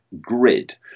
grid